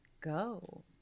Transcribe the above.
go